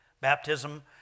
baptism